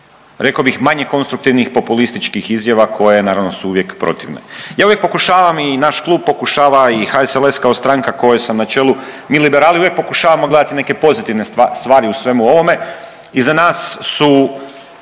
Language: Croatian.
rekao bih manje konstruktivnih populističkih izjave koje naravno su uvijek protivne. Ja uvijek pokušavam i naš klub pokušava i HSLS kao stranka kojoj sam na čelu, mi liberali uvijek pokušavamo neke pozitivne stvari u svemu ovome. Iza nas su